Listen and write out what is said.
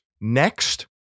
next